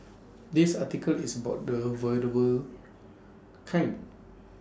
this article is about the avoidable kind